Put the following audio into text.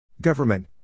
Government